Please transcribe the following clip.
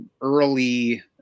early